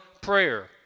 prayer